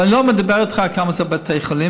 ואני לא מדבר איתך על כמה זה בתי חולים